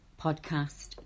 podcast